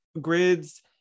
grids